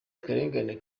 akarengane